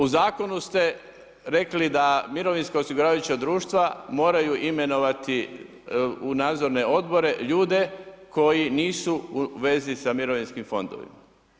U zakonu ste rekli da mirovinska osiguravajuća društva moraju imenovati u nadzorne odbore ljude koji nisu u vezi sa mirovinskim fondovima.